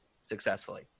successfully